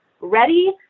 ready